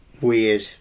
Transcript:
weird